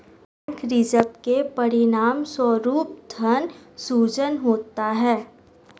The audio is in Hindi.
बैंक रिजर्व के परिणामस्वरूप धन सृजन होता है